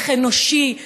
ערך אנושי,